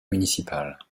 municipales